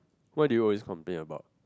what do you always complain about